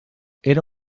era